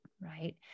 right